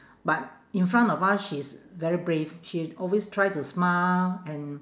but in front of us she's very brave she always try to smile and